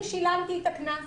אם שילמתי את הקנס